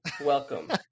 Welcome